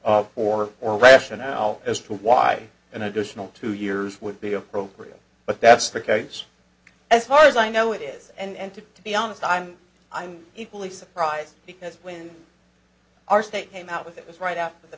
of or or rationale as to why an additional two years would be appropriate but that's the case as far as i know it is and to be honest i'm i'm equally surprised because when our state came out with it was right